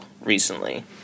Recently